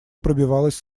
пробивалась